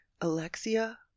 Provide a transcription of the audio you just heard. Alexia